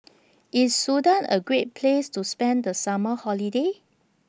IS Sudan A Great Place to spend The Summer Holiday